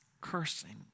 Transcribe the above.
cursing